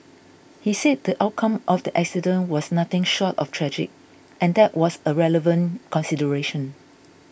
he said the outcome of the accident was nothing short of tragic and that was a relevant consideration